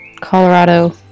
Colorado